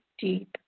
deep